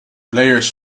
players